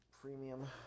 premium